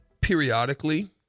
periodically